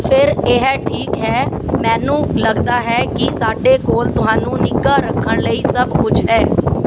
ਫਿਰ ਇਹ ਠੀਕ ਹੈ ਮੈਨੂੰ ਲੱਗਦਾ ਹੈ ਕਿ ਸਾਡੇ ਕੋਲ ਤੁਹਾਨੂੰ ਨਿੱਘਾ ਰੱਖਣ ਲਈ ਸਭ ਕੁਛ ਹੈ